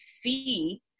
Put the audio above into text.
see